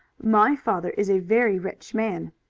my father is a very rich man.